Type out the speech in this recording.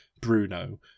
Bruno